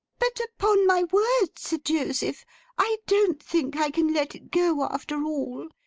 but, upon my word, sir joseph, i don't think i can let it go after all.